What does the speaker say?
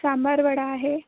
सांबार वडा आहे